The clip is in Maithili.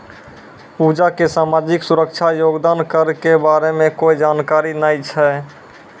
पूजा क सामाजिक सुरक्षा योगदान कर के बारे मे कोय जानकारी नय छै